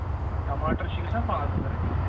ٹماٹر چھِ گژھان پانٛژھ ہَتھ رۄپیہِ